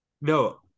no